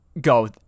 go